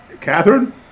Catherine